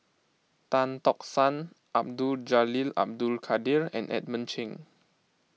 Tan Tock San Abdul Jalil Abdul Kadir and Edmund Cheng